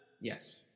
Yes